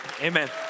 Amen